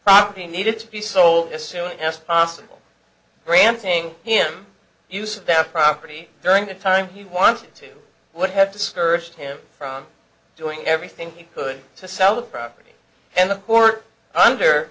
property needed to be sold as soon as possible granting him use of that property during the time he wanted to would have discouraged him from doing everything he could to sell the property and the court under